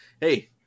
hey